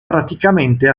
praticamente